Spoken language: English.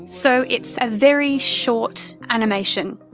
so it's a very short animation.